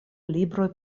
libroj